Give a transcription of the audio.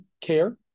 care